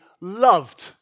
loved